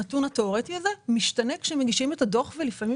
הנתון התיאורטי הזה משתנה כאשר מגישים את הדוח ולפעמים